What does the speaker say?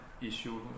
issue